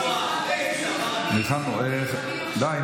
די.